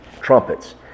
trumpets